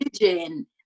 religion